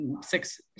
six